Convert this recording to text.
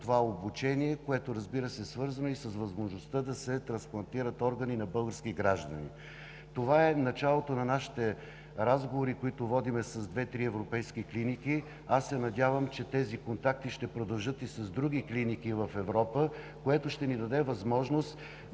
това обучение, което, разбира се, е свързано и с възможността да се трансплантират органи на български граждани. Това е началото на нашите разговори, които водим с две-три европейски клиники. Аз се надявам, че тези контакти ще продължат и с други клиники в Европа, което ще ни даде възможност